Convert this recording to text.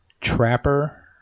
trapper